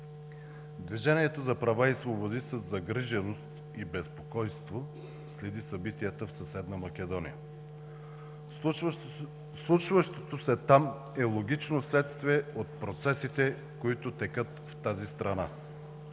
Движението за права и свободи със загриженост и безпокойство следи събитията в съседна Македония. Случващото се там е логично следствие от процесите, които текат в тази страна,